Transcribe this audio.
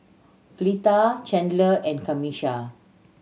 Fleeta Chandler and Camisha